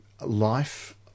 life